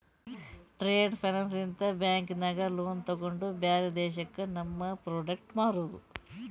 trade finance ಲಿಂತ bank ನಾಗ್ loan ತೊಗೊಂಡು ಬ್ಯಾರೆ ದೇಶಕ್ಕ ನಮ್ ಪ್ರೋಡಕ್ಟ್ ಮಾರೋದು